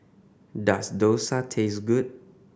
does dosa taste good